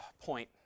point